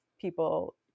people